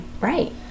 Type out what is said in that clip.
Right